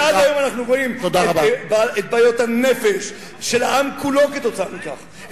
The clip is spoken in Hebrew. ועד היום אנחנו רואים את בעיות הנפש של העם כולו כתוצאה מכך,